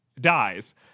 dies